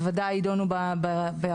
בוודאי יידונו בהרחבה.